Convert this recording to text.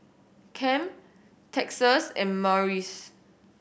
Kem Texas and Marius